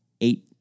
eight